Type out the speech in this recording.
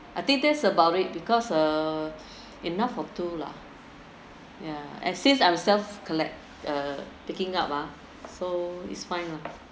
I think that's about it because uh enough for two lah yeah and since I'm self collect uh picking up mah so it's fine lah